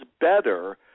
better